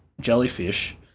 jellyfish